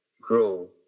grow